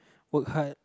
work hard